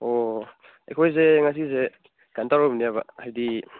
ꯑꯣ ꯑꯩꯈꯣꯏꯁꯦ ꯉꯁꯤꯁꯦ ꯀꯩꯅꯣ ꯇꯧꯔꯝꯅꯦꯕ ꯍꯥꯏꯗꯤ